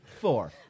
four